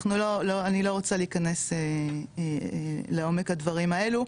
אני לא רוצה להיכנס לעומק הדברים האלו.